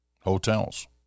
hotels